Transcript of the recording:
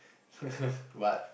but